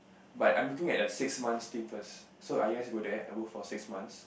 but I'm looking at the six month thing first so I just go there I work for six months